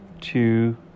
two